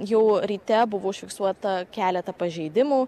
jau ryte buvo užfiksuota keletą pažeidimų